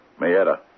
Mayetta